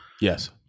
Yes